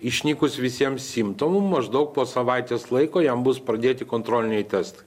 išnykus visiem simptomam maždaug po savaitės laiko jam bus pradėti kontroliniai testai